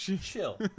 chill